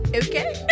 okay